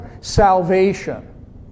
salvation